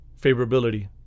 favorability